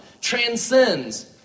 transcends